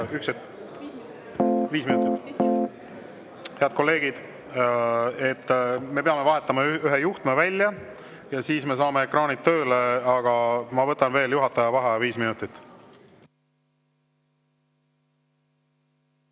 a h e a e g Head kolleegid! Me peame vahetama ühe juhtme välja ja siis me saame ekraanid tööle, aga ma võtan veel juhataja vaheaja viis minutit.V